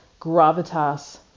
gravitas